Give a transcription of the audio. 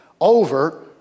over